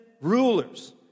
rulers